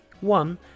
One